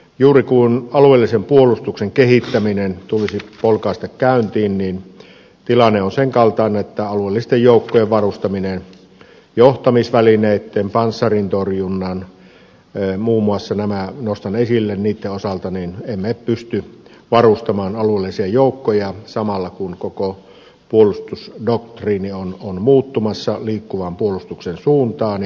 juuri kun alueellisen puolustuksen kehittäminen tulisi polkaista käyntiin niin tilanne on sen kaltainen että johtamisvälineitten panssarintorjunnan muun muassa nämä nostan esille osalta emme pysty varustamaan alueellisia joukkoja samalla kun koko puolustusdoktriini on muuttumassa liikkuvan puolustuksen suuntaan